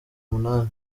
umunani